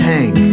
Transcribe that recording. Hank